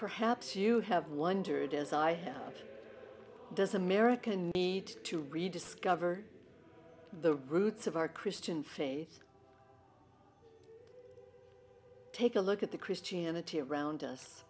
perhaps you have wondered as i have does america need to rediscover the roots of our christian faith take a look at the christianity around us